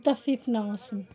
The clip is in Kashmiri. مُتفِف نہٕ آسُن